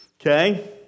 Okay